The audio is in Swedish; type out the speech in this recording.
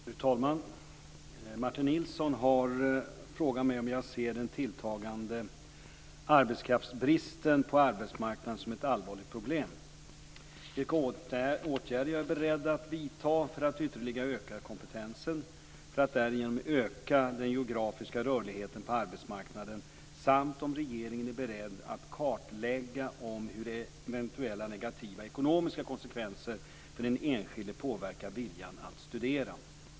Fru talman! Martin Nilsson har frågat mig om jag ser den tilltagande arbetskraftsbristen på arbetsmarknaden som ett allvarligt problem, vilka åtgärder jag är beredd att vidta för att ytterligare öka kompetensen för att därigenom öka den geografiska rörligheten på arbetsmarknaden samt om regeringen är beredd att kartlägga om och hur eventuella negativa ekonomiska konsekvenser för den enskilde påverkar viljan att studera.